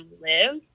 live